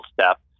step